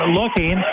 looking